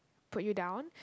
put you down